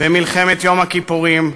במלחמת יום הכיפורים,